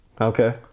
okay